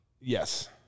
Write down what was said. Yes